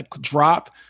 drop